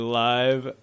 live